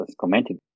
commented